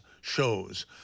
shows